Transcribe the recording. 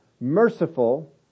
merciful